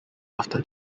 after